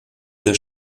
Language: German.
der